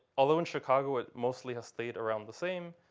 although in chicago it mostly has stayed around the same,